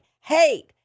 Hate